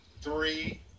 three